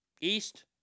east